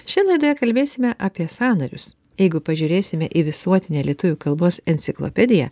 šioje laidoje kalbėsime apie sąnarius jeigu pažiūrėsime į visuotinę lietuvių kalbos enciklopediją